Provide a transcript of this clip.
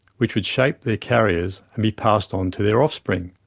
which would shape their carriers and be passed on to their offspring.